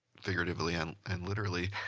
figuratively and and literally